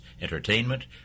entertainment